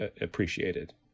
appreciated